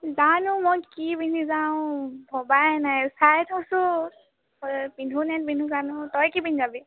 জানো মই কি পিন্ধি যাওঁ ভবায়ে নাই চাই থৈছোঁ পিন্ধোনে নিপিন্ধো জানো তই কি পিন্ধি যাবি